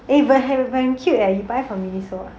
eh but 很 but 很 cute leh you buy from miniso ah